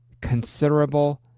considerable